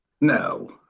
No